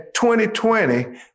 2020